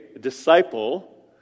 Disciple